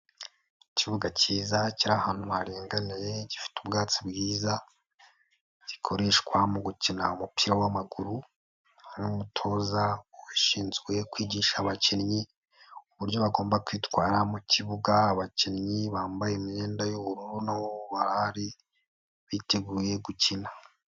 Ikibuga kiza cy'ahantu harenganiye gifite ubwatsi bwiza, gikoreshwa mu gukina umupira w'amaguru n'umutoza ushinzwe kwigisha abakinnyi uburyo bagomba kwitwara mu kibuga, abakinnyi bambaye imyenda y'ubururu n'ubu barahari biteguye gukina.